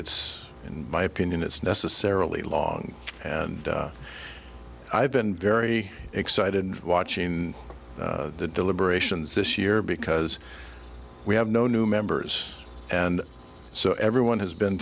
it's in my opinion it's necessarily long and i've been very excited watching the deliberations this year because we have no new members and so everyone has been